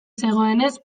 zegoenez